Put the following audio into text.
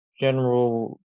general